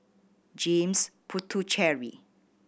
James Puthucheary